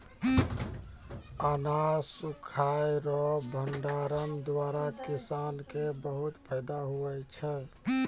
अनाज सुखाय रो भंडारण द्वारा किसान के बहुत फैदा हुवै छै